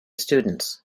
students